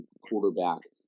quarterback